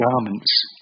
garments